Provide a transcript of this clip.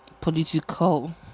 political